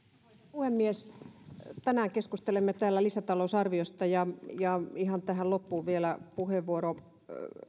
puhemies tänään keskustelemme täällä lisätalousarviosta ja ja ihan tähän loppuun vielä puheenvuoro